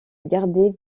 garder